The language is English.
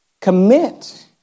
Commit